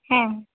হ্যাঁ